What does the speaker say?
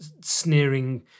sneering